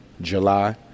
July